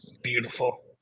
beautiful